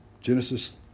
Genesis